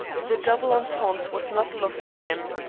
the double entente was not lost on him.